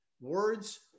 words